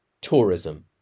tourism